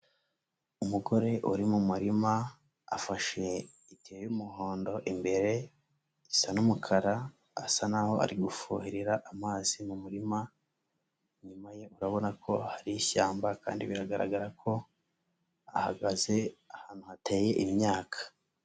Umugore uri mu murima afashe itiyo y'umuhondo, imbere isa n'umukara, asa naho ari gufuhirira amazi mu murima, inyuma ye urabona ko hari ishyamba kandi biragaragara ko ahagaze ahantu hateye imyaka.